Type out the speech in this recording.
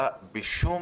בשום